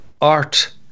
art